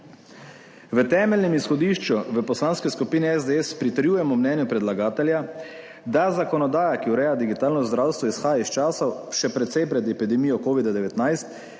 V temeljnem izhodišču v Poslanski skupini SDS pritrjujemo mnenju predlagatelja, da zakonodaja, ki ureja digitalno zdravstvo izhaja iz časov še precej pred epidemijo COVID-19